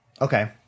Okay